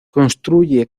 construye